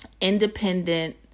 independent